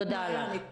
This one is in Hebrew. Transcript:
תודה לך.